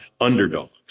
underdogs